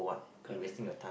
correct